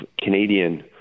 Canadian